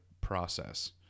process